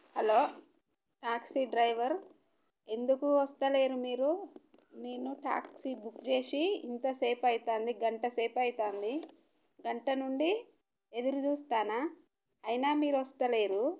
hello taxi driver ఎందుకు వస్తలేరు మీరు నేను ట్యాక్సీ బుక్ చేసి ఇంతసేపు అవుతుంది గంట సేపు అవుతుంది గంట నుండి ఎదురు చూస్తున్నాను అయినా మీరు వస్తలేరు